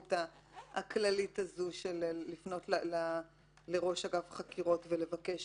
הסמכות הכללית לפנות לראש אגף חקירות ולבקש